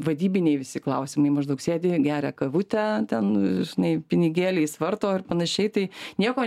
vadybiniai visi klausimai maždaug sėdi geria kavutę ten nei pinigėliais varto ir panašiai tai nieko